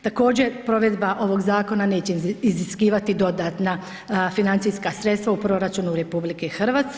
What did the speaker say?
Također provedba ovog zakona neće iziskivati dodatna financijska sredstva u proračunu RH.